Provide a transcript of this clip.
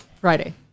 Friday